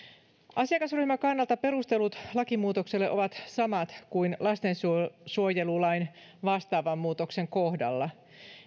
asiakasryhmän kannalta perustelut lakimuutokselle ovat samat kuin lastensuojelulain vastaavan muutoksen kohdalla